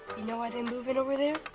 you know why they move in over there?